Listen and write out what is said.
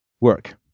work